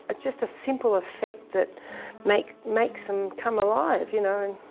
ah just a simple effect that makes makes them come alive you know, and